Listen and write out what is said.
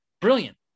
brilliant